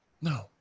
No